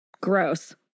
gross